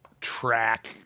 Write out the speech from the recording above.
track –